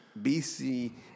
BC